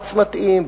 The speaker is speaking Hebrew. בלחץ מתאים,